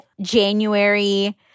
January